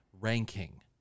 ranking